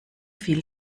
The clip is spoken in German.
fiel